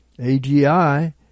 AGI